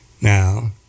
Now